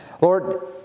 Lord